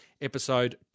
episode